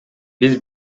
биз